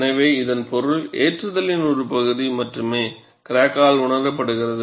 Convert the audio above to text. எனவே இதன் பொருள் ஏற்றுதலின் ஒரு பகுதி மட்டுமே கிராக்கால் உணரப்படுகிறது